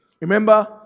Remember